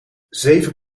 zeven